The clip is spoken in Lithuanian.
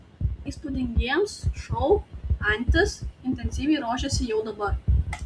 įspūdingiems šou antis intensyviai ruošiasi jau dabar